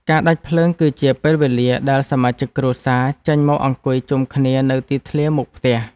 ការដាច់ភ្លើងគឺជាពេលវេលាដែលសមាជិកគ្រួសារ ចេញមកអង្គុយជុំគ្នានៅទីធ្លាមុខផ្ទះ។